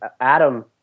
Adam